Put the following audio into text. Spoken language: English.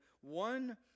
One